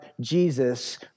Jesus